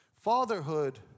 Fatherhood